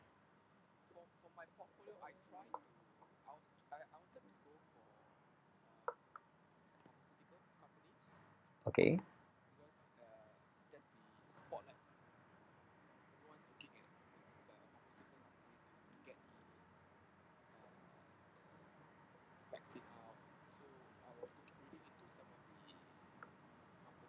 okay